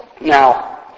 Now